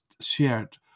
shared